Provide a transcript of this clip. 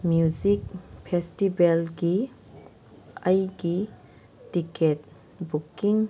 music ꯐꯦꯁꯇꯤꯕꯦꯜꯒꯤ ꯑꯩꯒꯤ ticket booking